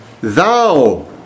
Thou